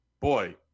boy